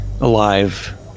alive